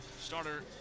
Starter